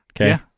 Okay